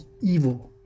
evil